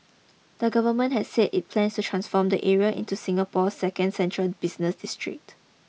the government has said it plans to transform the area into Singapore's second central business district